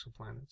exoplanets